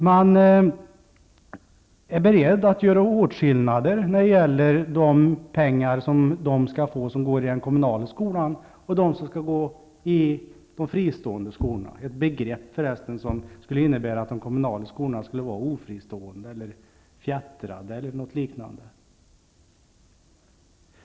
Man är beredd att göra åtskillnader när det gäller de pengar som de skall få som går i den kommunala skolan och de pengar som skall gå till dem som skall gå i de fristående skolorna -- förresten ett begrepp som skulle innebära att de kommunala skolorna skulle vara ofristående, fjättrade eller något liknande.